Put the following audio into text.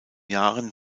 jahren